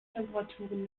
temperaturen